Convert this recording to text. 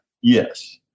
Yes